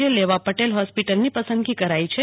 જે લેવા પટેલ હોસ્પિટલની પસંદગી કરાઈ છે